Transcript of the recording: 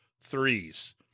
threes